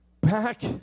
Back